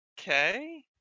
Okay